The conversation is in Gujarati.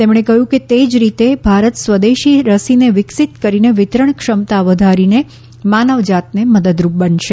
તેમણે કહ્યું કે તેજ રીતે ભારત સ્વદેશી રસીને વિકસિત કરીને વિતરણક્ષમતા વધારીને માનવજાતને મદદરૂપ બનશે